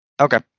Okay